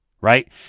right